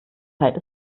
zeit